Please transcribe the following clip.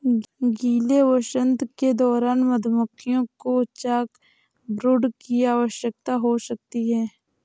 गीले वसंत के दौरान मधुमक्खियों को चॉकब्रूड की समस्या हो सकती है